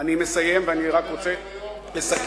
אני מסיים, ואני רק רוצה לסכם.